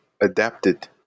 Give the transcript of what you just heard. adapted